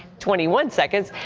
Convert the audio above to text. twenty one seconds.